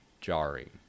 jarring